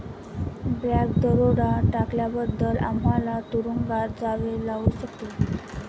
bank दरोडा टाकल्याबद्दल आम्हाला तुरूंगात जावे लागू शकते